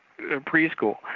preschool